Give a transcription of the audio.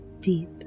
deep